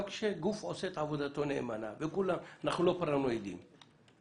גם כשגוף עושה את עבודתו נאמנה ואנחנו לא חולקים על זה,